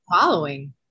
following